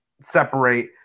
separate